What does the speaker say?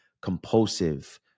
compulsive